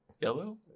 Yellow